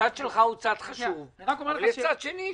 הצד שלך הוא צד חשוב אבל יש צד שני,